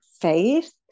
faith